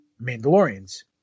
Mandalorians